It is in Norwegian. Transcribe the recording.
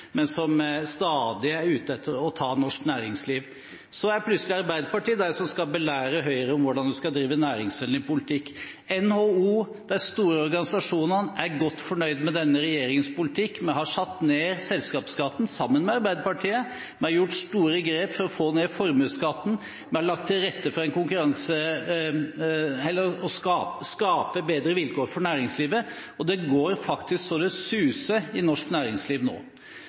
men som stadig er ute etter å ta norsk næringsliv. Så er plutselig Arbeiderpartiet de som skal belære Høyre om hvordan man skal drive næringsvennlig politikk. NHO og de store organisasjonene er godt fornøyd med denne regjeringens politikk. Vi har – sammen med Arbeiderpartiet – satt ned selskapsskatten. Vi har tatt store grep for å få ned formuesskatten. Vi har lagt til rette for å skape bedre vilkår for næringslivet. Det går faktisk så det suser i norsk næringsliv nå.